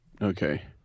Okay